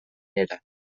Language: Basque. gainera